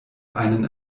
einen